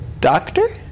doctor